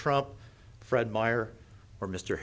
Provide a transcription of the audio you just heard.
trump fred meyer or mr